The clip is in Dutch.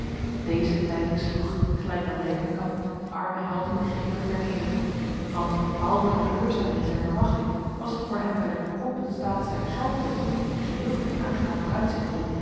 deze tijding sloeg gelijk men denken kan den armen helding geheel ter neder want behalve de teleurstelling in zijn verwachting was het voor hem bij den bekrompen staat zijner geldmiddelen geheel geen aangenaam vooruitzicht om